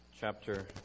chapter